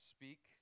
Speak